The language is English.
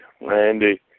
Randy